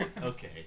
okay